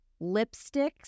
lipsticks